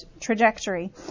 trajectory